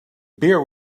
beer